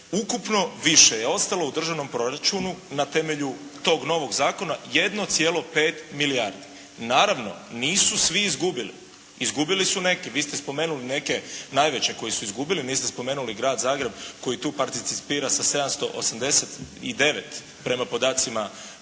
Ukupno više je ostalo u državnom proračunu na temelju tog novog zakona 1,5 milijardi. Naravno, nisu svi izgubili. Izgubili su neki. Vi ste spomenuli neke najveće koji su izgubili, niste spomenuli grad Zagreb koji tu participira sa 789 prema podacima od